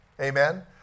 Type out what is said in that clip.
Amen